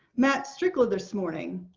matt strickler this morning.